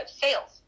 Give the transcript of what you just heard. sales